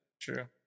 true